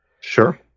Sure